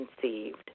conceived